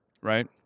right